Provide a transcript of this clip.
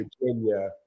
Virginia